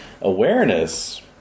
Awareness